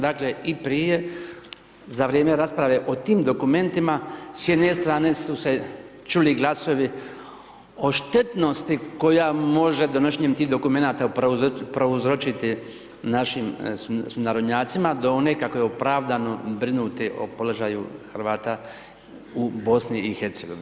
Dakle, i prije, za vrijeme rasprave o tim dokumentima, s jedne strane su se čuli glasovi o štetnosti koja može donošenjem tim dokumenata prouzročiti našim sunarodnjacima, do nekakvo opravdano, brinuti o položaju Hrvata u BIH.